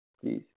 Please